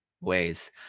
ways